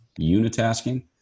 unitasking